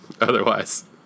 Otherwise